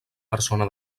persona